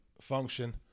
function